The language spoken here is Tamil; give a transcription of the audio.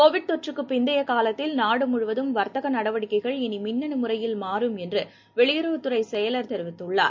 கோவிட் தொற்றுக்குப் பிந்தைய காலத்தில் நாடு முழுவதும் வர்த்தக நடவடிக்கைகள் இனி மிண்ணனு முறையில் மாறம் என்று வெளியுறவுத் துறை செயலர் திரு ஹர்ஷ் வர்தன் தெரிவித்துள்ளார்